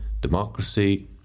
democracy